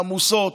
העמוסות,